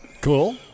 Cool